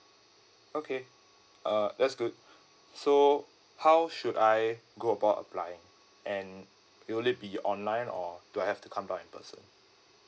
okay uh that's good so how should I go about applying and will it be online or do I have to come down in person